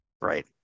right